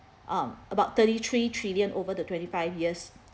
ah about thirty three trillion over the twenty five years